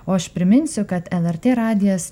o aš priminsiu kad lrt radijas